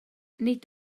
nid